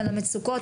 על המצוקות,